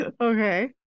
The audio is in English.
Okay